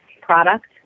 product